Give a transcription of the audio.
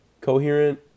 coherent